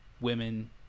women